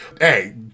Hey